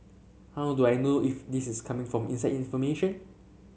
how do I know if this is coming from inside information